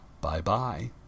Bye-bye